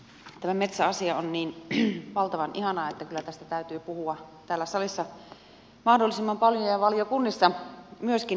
tämä metsäasia on niin valtavan ihanaa että kyllä tästä täytyy puhua täällä salissa mahdollisimman paljon ja valiokunnissa myöskin